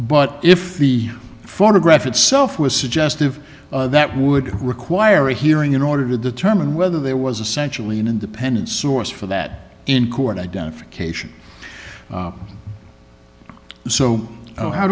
but if the photograph itself was suggestive that would require a hearing in order to determine whether there was a sensually an independent source for that in court identification so how